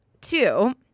Two